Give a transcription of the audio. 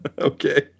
Okay